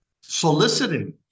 soliciting